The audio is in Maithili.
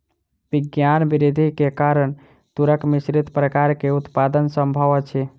विज्ञान वृद्धि के कारण तूरक मिश्रित प्रकार के उत्पादन संभव अछि